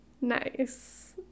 Nice